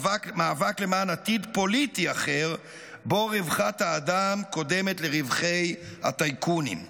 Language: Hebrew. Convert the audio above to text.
מאבק למען עתיד פוליטי אחר שבו רווחת האדם קודמת לרווחי הטייקונים.